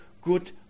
good